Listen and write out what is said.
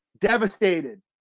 devastated